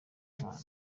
n’impano